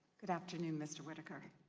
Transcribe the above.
good afternoon mr. whitaker.